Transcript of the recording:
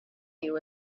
you